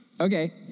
Okay